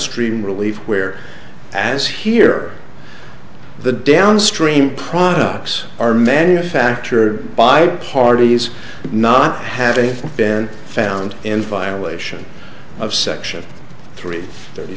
stream relief where as here the downstream products are manufactured by parties not having been found in violation of section three thirty